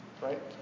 Right